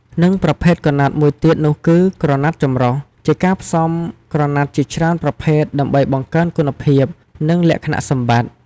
និងប្រភេទក្រណាត់មួយទៀតនោះគឺ ក្រណាត់ចំរុះ ជាការផ្សំក្រណាត់ជាច្រើនប្រភេទដើម្បីបង្កើនគុណភាព និងលក្ខណៈសម្បត្តិ។